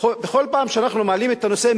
בכל פעם שאנחנו מעלים את הנושא,